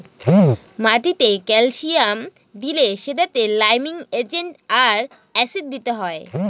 মাটিতে ক্যালসিয়াম দিলে সেটাতে লাইমিং এজেন্ট আর অ্যাসিড দিতে হয়